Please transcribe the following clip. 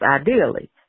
Ideally